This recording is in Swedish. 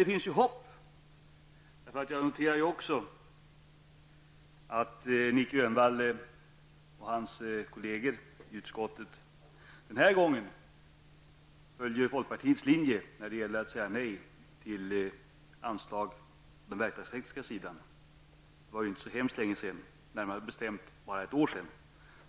Det finns emellertid hopp, eftersom jag även kan notera att Nic Grönvall och hans partikamrater i utskottet den här gången har följt folkpartiets linje när det gäller att säga nej till anslag till den verkstadstekniska sidan. Det var ju inte så länge sedan, närmare bestämt ett år sedan,